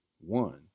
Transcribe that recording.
One